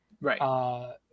Right